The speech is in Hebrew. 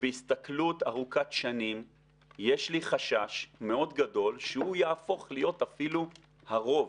ובהסתכלות ארוכת שנים יש לי חשש מאוד גדול שהוא יהפוך להיות אפילו הרוב,